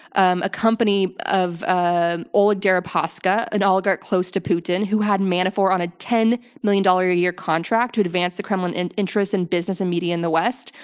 um a company of ah oleg deripaska, an oligarch close to putin who had manafort on a ten million dollar a year contract to advance the kremlin and interests and business and media in the west,